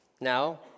now